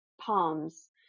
palms